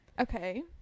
okay